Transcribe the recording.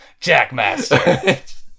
Jackmaster